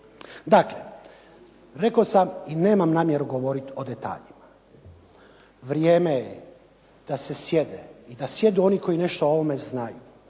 Dakle, rekao sam i nemam namjeru govoriti o detaljima, vrijeme je da se sjedne i da sjednu oni koji nešto o ovome znaju.